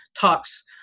talks